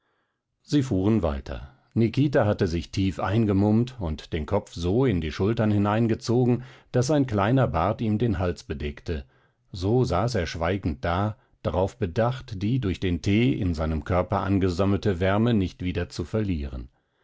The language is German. sie fuhren weiter nikita hatte sich tief eingemummt und den kopf so in die schultern hineingezogen daß sein kleiner bart ihm den hals bedeckte so saß er schweigend da darauf bedacht die durch den tee in seinem körper angesammelte wärme nicht wieder zu verlieren